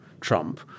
Trump